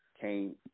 came